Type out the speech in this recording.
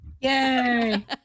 Yay